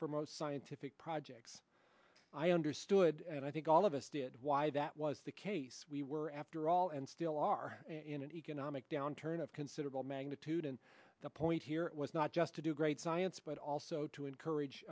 for most scientific projects i understood and i think all of us did why that was the case we were after all and still are in an economic downturn of considerable magnitude and the point here is not just to do great science but also to